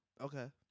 Okay